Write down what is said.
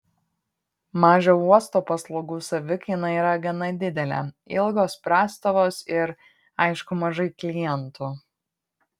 mažo uosto paslaugų savikaina yra gana didelė ilgos prastovos ir aišku mažai klientų